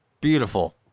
Beautiful